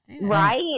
Right